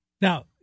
Now